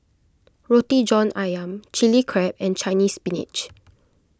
Roti John Ayam Chili Crab and Chinese Spinach